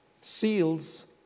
seals